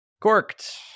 corked